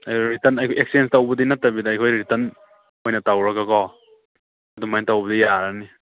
return exchange ꯇꯧꯕꯗꯤ ꯅꯠꯇꯕꯤꯗ ꯑꯩꯈꯣꯏ ꯔꯤꯇꯔꯟ ꯑꯣꯏꯅ ꯇꯧꯔꯒꯀꯣ ꯑꯗꯨꯃꯥꯏ ꯇꯧꯕꯗ ꯌꯥꯔꯅꯤ